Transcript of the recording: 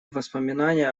воспоминания